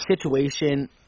situation